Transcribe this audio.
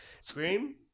scream